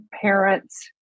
parents